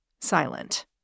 silent